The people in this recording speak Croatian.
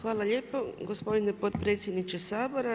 Hvala lijepo gospodine potpredsjedniče Sabora.